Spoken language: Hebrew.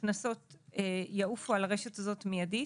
והקנסות יעופו על הרשת הזאת מיידית.